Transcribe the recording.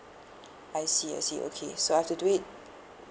I see I see okay so I have to do it